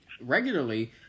regularly